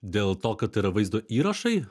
dėl to kad tai yra vaizdo įrašai